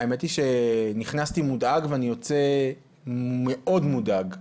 האמת שנכנסתי מודאג, ואני יוצא מאוד מודאג.